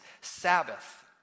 Sabbath